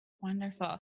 wonderful